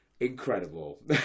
Incredible